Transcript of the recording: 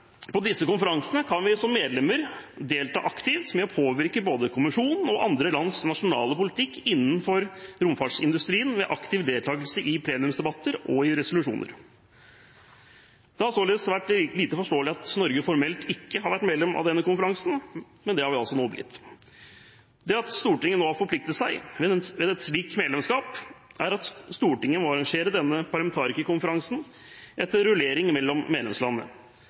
disse konferansene kan vi som medlemmer delta aktivt i å påvirke både kommisjonen og andre lands nasjonale politikk innenfor romfartsindustrien ved aktiv deltakelse i plenumsdebatter og i resolusjoner. Det har således vært lite forståelig at Norge formelt ikke har vært medlem av denne konferansen, men det har vi altså nå blitt. Det at Stortinget nå har forpliktet seg ved et slikt medlemskap, gjør at Stortinget må arrangere denne parlamentarikerkonferansen, etter rullering mellom medlemslandene.